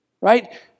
Right